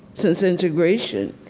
since integration.